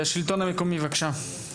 השלטון המקומי, בבקשה.